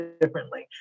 differently